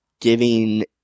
giving